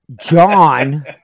John